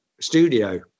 Studio